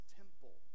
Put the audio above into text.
temple